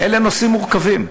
אלה נושאים מורכבים.